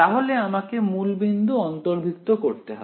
তাহলে আমাকে মূলবিন্দু অন্তর্ভুক্ত করতে হবে